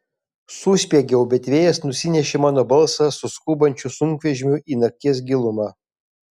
suspiegiau bet vėjas nusinešė mano balsą su skubančiu sunkvežimiu į nakties gilumą